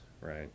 right